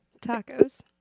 tacos